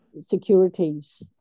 Securities